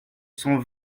cent